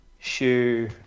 shoe